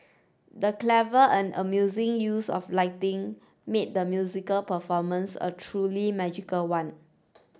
the clever and amusing use of lighting made the musical performance a truly magical one